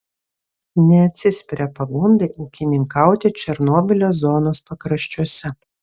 neatsispiria pagundai ūkininkauti černobylio zonos pakraščiuose